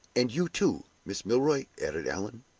and you, too, miss milroy? added allan.